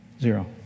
Zero